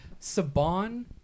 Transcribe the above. Saban